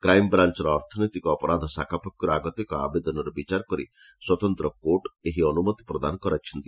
କ୍ରାଇମ୍ବ୍ରାଞର ଅର୍ଥନୈତିକ ଅପରାଧ ଶାଖା ପକ୍ଷର୍ ଆଗତ ଏକ ଆବେଦନର ବିଚାର କରି ସ୍ୱତନ୍ତ କୋର୍ଟ ଏହି ଅନୁମତି ପ୍ରଦାନ କରିଛନ୍ତି